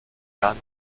jan